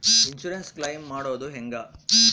Insurance claim ಮಾಡೋದು ಹೆಂಗ?